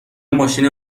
ماشین